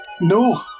No